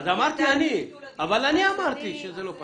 אני אמרתי, אבל אני אמרתי שלא פנו.